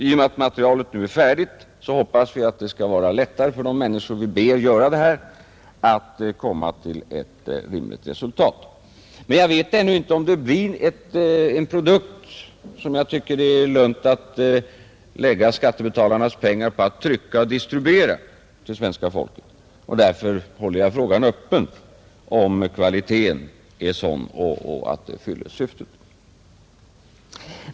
I och med att materialet nu är färdigt hoppas vi att det skall vara lättare för de människor vi sätter på denna uppgift att komma till ett rimligt resultat. Men jag vet ännu inte om det blir en produkt som det är värt att lägga skattebetalarnas pengar på att trycka och distribuera till svenska folket, och därför håller jag frågan öppen till dess jag vet om kvaliteten är sådan att den fyller syftet.